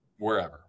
Wherever